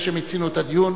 אני חושב שמיצינו את הדיון.